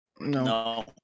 No